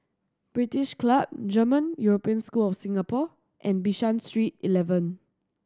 British Club German European School Singapore and Bishan Street Eleven